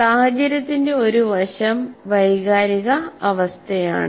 സാഹചര്യത്തിന്റെ ഒരു വശം വൈകാരിക അവസ്ഥയാണ്